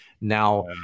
Now